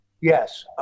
Yes